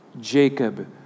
Jacob